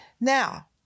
Now